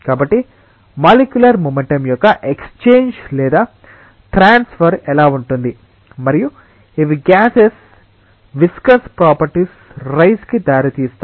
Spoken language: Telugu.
కాబట్టి మాలిక్యులర్ మొమెంటం యొక్క ఏక్స్చేంజ్ లేదా ట్రాన్స్ఫర్ ఎలా ఉంటుంది మరియు ఇవి గ్యాసెస్ విస్కస్ ప్రాపర్టీస్ రైజ్ కి దారితీస్తాయి